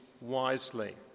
wisely